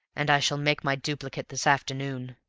and i shall make my duplicate this afternoon.